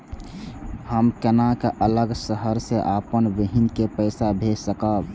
हम केना अलग शहर से अपन बहिन के पैसा भेज सकब?